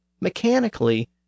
Mechanically